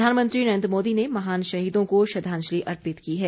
प्रधानमंत्री नरेंद्र मोदी ने महान शहीदों को श्रद्वांजलि अर्पित की है